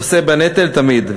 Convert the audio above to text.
נושא בנטל תמיד.